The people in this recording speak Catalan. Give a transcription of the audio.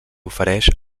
ofereix